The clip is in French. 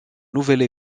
nouvelle